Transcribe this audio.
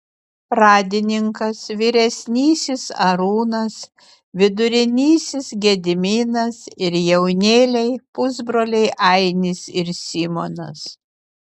pradininkas vyresnysis arūnas vidurinysis gediminas ir jaunėliai pusbroliai ainis ir simonas